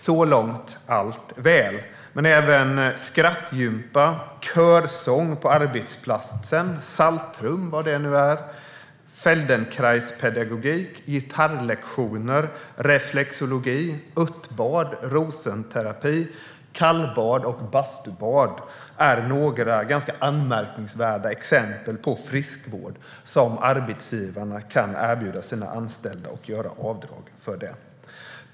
Så långt är allt väl. Men även skrattgympa, körsång på arbetsplatsen, saltrum - vad det nu är - Feldenkraispedagogik, gitarrlektioner, reflexologi, örtbad, rosenterapi, kallbad och bastubad är några ganska anmärkningsvärda exempel på friskvård som arbetsgivarna kan erbjuda sina anställda och göra avdrag för.